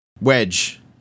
Wedge